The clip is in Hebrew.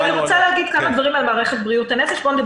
אני רוצה להגיד כמה דברים על מערכת בריאות הנפש.